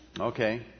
Okay